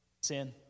sin